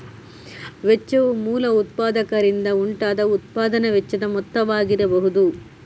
ವೆಚ್ಚವು ಮೂಲ ಉತ್ಪಾದಕರಿಂದ ಉಂಟಾದ ಉತ್ಪಾದನಾ ವೆಚ್ಚದ ಮೊತ್ತವಾಗಿರಬಹುದು